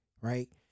right